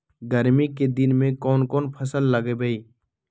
गर्मी के दिन में कौन कौन फसल लगबई?